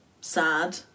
sad